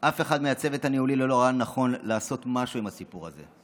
אף אחד מהצוות הניהולי לא ראה לנכון לעשות משהו עם הסיפור הזה,